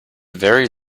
very